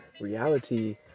Reality